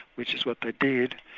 which is what they did.